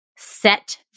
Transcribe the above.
Set